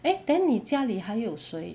eh then 你家里还有谁